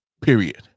Period